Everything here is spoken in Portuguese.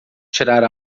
tirar